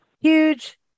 huge